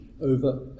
over